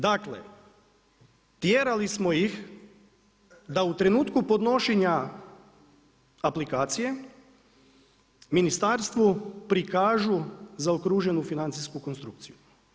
Dakle, tjerali smo ih da u trenutku podnošenja aplikacije, ministarstvu prikažu zaokruženu financijsku konstrukciju.